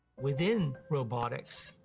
within robotics,